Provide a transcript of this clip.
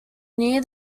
near